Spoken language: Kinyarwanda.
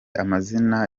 amazina